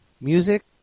music